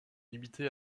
limitée